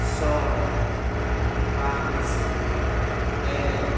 ছয় পাঁচ এক